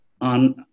on